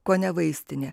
kone vaistinė